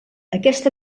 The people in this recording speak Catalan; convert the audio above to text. aquesta